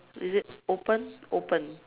is it open open